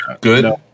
good